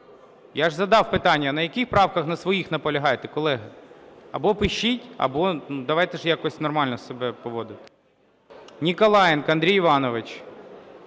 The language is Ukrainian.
Я ж задав питання, на яких правках на своїх наполягаєте, колеги. Або пишіть, або давайте якось нормально себе поводити.